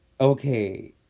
okay